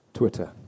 Twitter